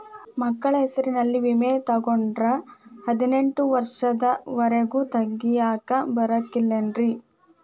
ಮಕ್ಕಳ ಹೆಸರಲ್ಲಿ ವಿಮೆ ತೊಗೊಂಡ್ರ ಹದಿನೆಂಟು ವರ್ಷದ ಒರೆಗೂ ತೆಗಿಯಾಕ ಬರಂಗಿಲ್ಲೇನ್ರಿ?